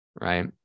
right